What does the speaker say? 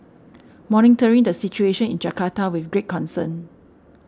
monitoring the situation in Jakarta with great concern